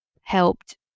helped